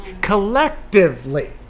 collectively